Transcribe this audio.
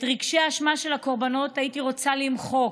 את רגשי האשמה של הקורבנות הייתי רוצה למחוק.